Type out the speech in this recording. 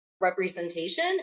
representation